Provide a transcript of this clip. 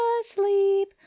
asleep